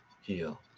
heal